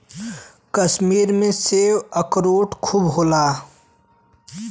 कश्मीर में सेब, अखरोट खूब होला